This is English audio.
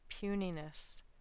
puniness